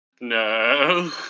No